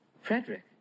Frederick